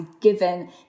given